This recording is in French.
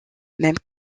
même